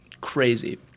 crazy